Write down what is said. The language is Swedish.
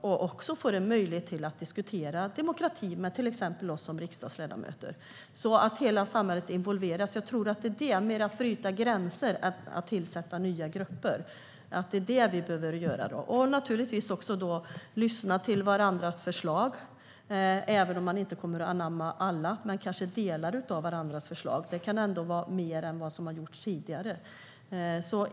Här får de en möjlighet att diskutera demokrati med oss riksdagsledamöter. Så kan hela samhället involveras. Jag tror att det mer handlar om att bryta gränser än att tillsätta nya grupper. Naturligtvis ska vi också lyssna till varandras förslag, även om man inte kommer att anamma alla - men kanske delar av varandras förslag. Det kan ändå vara mer än vad som har gjorts tidigare.